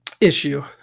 issue